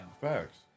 Facts